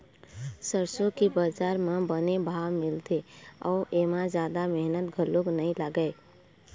सरसो के बजार म बने भाव मिलथे अउ एमा जादा मेहनत घलोक नइ लागय